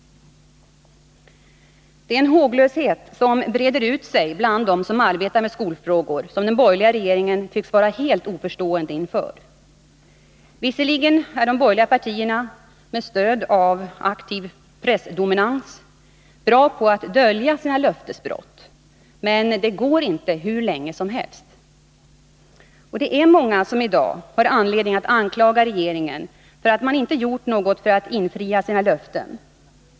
En håglöshet breder ut sig bland dem som arbetar med skolfrågor, men den borgerliga regeringen tycks vara helt oförstående inför denna företeelse. Visserligen är de borgerliga partierna med stöd av aktiv pressdominans bra på att dölja sina löftesbrott, men det går inte hur länge som helst. Det är många som i dag har anledning att anklaga regeringen för att den inte har gjort något för att infria sina löften.